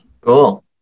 Cool